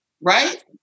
Right